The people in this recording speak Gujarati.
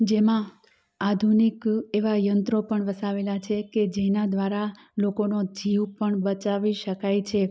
જેમાં આધુનિક એવા યંત્રો પણ વસાવેલા છે કે જેના દ્વારા લોકોનો જીવ પણ બચાવી શકાય છે